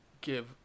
give